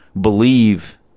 believe